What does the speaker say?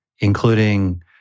including